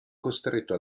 costretto